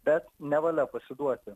bet nevalia pasiduoti